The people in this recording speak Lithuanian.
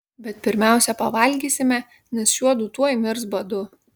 bet pirmiausia pavalgysime nes šiuodu tuoj mirs badu